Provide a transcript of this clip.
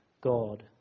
God